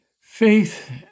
Faith